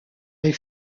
est